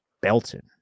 Belton